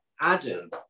Adam